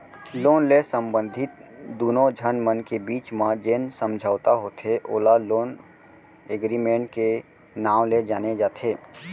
loan ले संबंधित दुनो झन मन के बीच म जेन समझौता होथे ओला लोन एगरिमेंट के नांव ले जाने जाथे